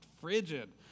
frigid